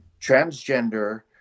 transgender